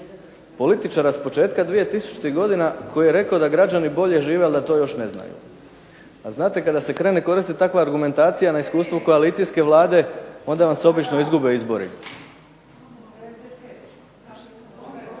političara s početkom 2000. godine koji je rekao da građani bolje žive, ali da to još ne znaju. A znate kada se krene koristiti takva argumentacija na iskustvu koalicijske Vlade onda vam se obično izgube izbori.